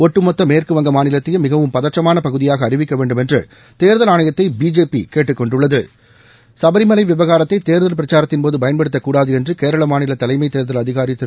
ஒட்டுமொத்த மேற்குவங்க மாநிலத்தையும் மிகவும் பதற்றமான பகுதியாக அறிவிக்க வேண்டும் என்று தேர்தல் ஆணையத்தை பிஜேபி கேட்டுக் கொண்டுள்ளது சபரிமலை விவகாரத்தை தேர்தல் பிரச்சாரத்தின்போது பயன்படுத்தக்கூடாது என்று கேரள மாநில தலைமை தேர்தல் அதிகாரி திரு